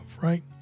right